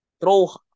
throw